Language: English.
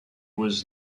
was